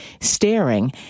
staring